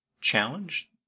challenge